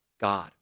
God